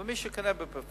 אבל מי שקונה בפריפריה,